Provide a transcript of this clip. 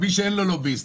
מישהו שאין לו לוביסט?